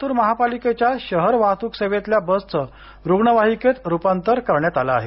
लातूर महापालिकेच्या शहर वाहतूक सेवेतल्या बसचं रुग्णवाहिकेत रूपांतर करण्यात आलं आहे